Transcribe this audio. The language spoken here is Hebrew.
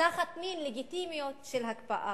תחת מין לגיטימיות של הקפאה.